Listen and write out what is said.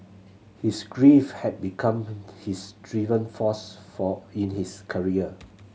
his grief had become his driven force for in his career